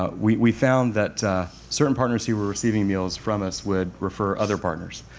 ah we we found that certain partners who were receiving meals from us would refer other partners.